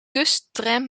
kusttram